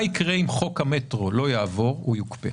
מה יקרה אם חוק המטרו לא יעבור או יוקפא?